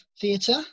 theatre